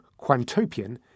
Quantopian